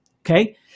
okay